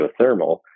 geothermal